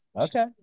Okay